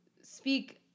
speak